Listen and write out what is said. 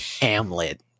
Hamlet